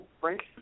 Frank